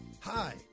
Hi